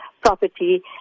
property